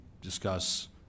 discuss